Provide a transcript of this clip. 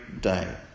day